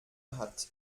hat